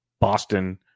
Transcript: Boston